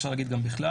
אפשר להגיד בכלל.